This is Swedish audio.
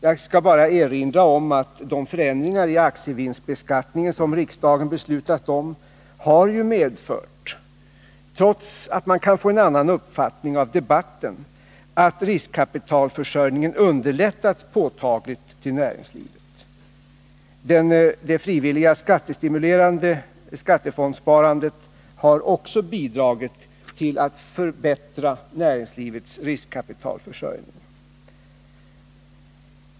Jag skall bara erinra om att de förändringar i aktievinstbeskattningen som riksdagen beslutat medfört — trots att man kan få en annan uppfattning av debatten — att riskkapitalförsörjningen till näringslivet underlättats påtagligt. Det frivilliga skattestimulerade skattefondssparandet har också bidragit till att förbättra näringslivets riskkapitalförsörjning.